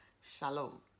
Shalom